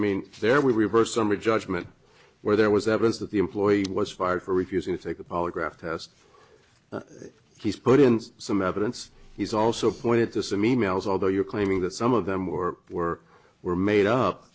mean there were some a judgement where there was evidence that the employee was fired for refusing to take a polygraph test but he's put in some evidence he's also pointed to some e mails although you're claiming that some of them were were were made up